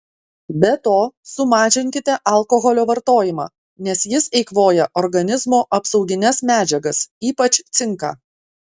be to sumažinkite alkoholio vartojimą nes jis eikvoja organizmo apsaugines medžiagas ypač cinką